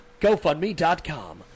GoFundMe.com